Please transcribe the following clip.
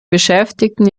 beschäftigten